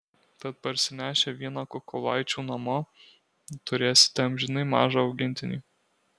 tad parsinešę vieną kukulaičių namo turėsite amžinai mažą augintinį